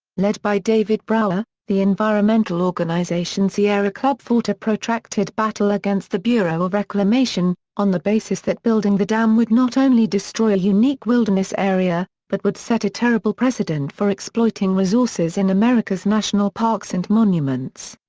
led by david brower, the environmental organization sierra club fought a protracted battle against the bureau of reclamation, on the basis that building the dam would not only destroy a unique wilderness area, but would set a terrible precedent for exploiting resources in america's national parks and monuments.